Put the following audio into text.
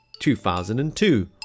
2002